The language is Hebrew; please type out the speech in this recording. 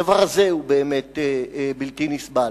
הדבר הזה הוא באמת בלתי נסבל.